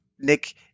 Nick